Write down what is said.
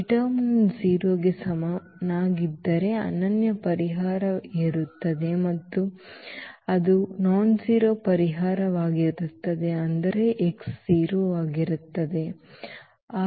ನಿರ್ಣಾಯಕವು 0 ಕ್ಕೆ ಸಮನಾಗಿರದಿದ್ದರೆ ಅನನ್ಯ ಪರಿಹಾರವಿರುತ್ತದೆ ಮತ್ತು ಅದು ಕ್ಷುಲ್ಲಕ ಪರಿಹಾರವಾಗಿರುತ್ತದೆ ಅಂದರೆ ಈ x 0 ಆಗಿರುತ್ತದೆ